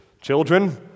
children